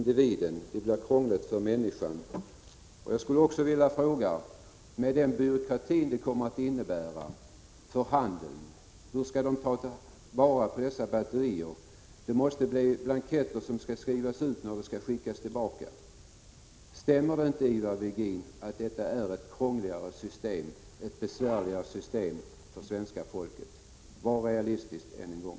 Det blir krångligt för den enskilde. Systemet kommer att medföra större byråkrati inom handeln. Hur skall man ta vara på dessa batterier? Det blir blanketter som skall fyllas i, och jag vill fråga: Är inte detta ett krångligt och besvärligt system för svenska folket? Än en gång: Var realistisk!